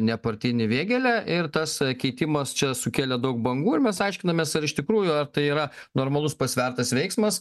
nepartinį vėgėlę ir tas keitimas čia sukelė daug bangų ir mes aiškinamės ar iš tikrųjų ar tai yra normalus pasvertas veiksmas